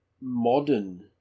modern